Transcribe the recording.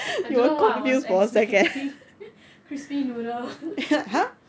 I don't know what I was expecting crispy noodle